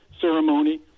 ceremony